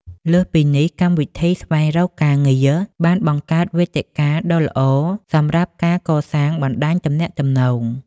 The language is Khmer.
លើសពីនេះ កម្មវិធីស្វែងរកការងារបានបង្កើតវេទិកាដ៏ល្អសម្រាប់ ការកសាងបណ្តាញទំនាក់ទំនង។